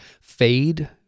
fade